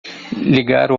ligar